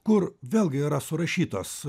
kur vėlgi yra surašytos